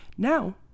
Now